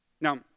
Now